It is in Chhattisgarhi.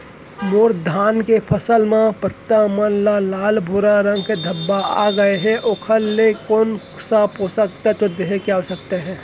मोर धान के फसल म पत्ता मन म लाल व भूरा रंग के धब्बा आप गए हे ओखर लिए कोन स पोसक तत्व देहे के आवश्यकता हे?